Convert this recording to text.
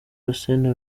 arsène